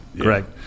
correct